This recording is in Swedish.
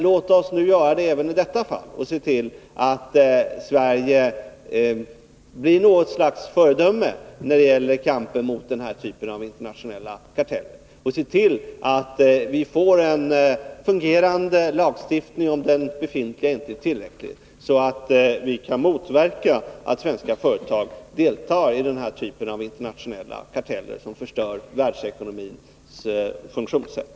Låt oss göra det även i detta fall och se till att Sverige blir något slags föredöme i kampen mot internationella karteller. Låt oss se till att vi får en fungerande lagstiftning, om den befintliga inte är tillräcklig, så att vi kan motverka att svenska företag deltar i internationella karteller som förstör världsekonomins funktionssätt.